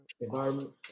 environment